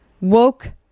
woke